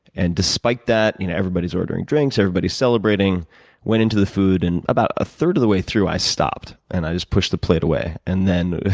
and despite that you know everybody's ordering drinks, everybody's celebrating went into the food. and about a third of the way through, i stopped and i just pushed the plate away. and then,